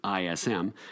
ISM